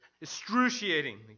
excruciating